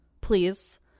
please